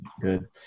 Good